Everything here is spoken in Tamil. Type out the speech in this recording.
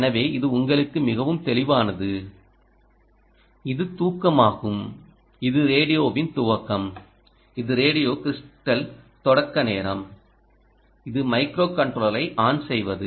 எனவே இது உங்களுக்கு மிகவும் தெளிவானது இது தூக்கமாகும் இது ரேடியோவின் துவக்கம் இது ரேடியோ க்றிஸ்டல் தொடக்க நேரம் இது மைக்ரோகண்ட்ரோலரை ஆன் செய்வது